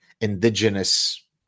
indigenous